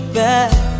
back